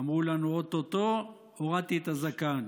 אמרו לנו או-טו-טו, הורדתי את הזקן.